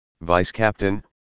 vice-captain